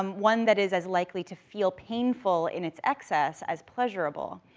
um one that is as likely to feel painful in its excess as pleasurable.